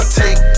take